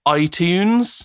iTunes